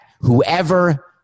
whoever